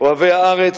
אוהבי הארץ,